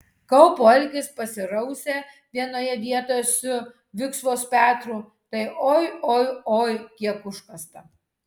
kaupo algis pasirausė vienoje vietoje su viksvos petru tai oi oi oi kiek užkasta